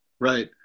Right